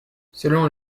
selon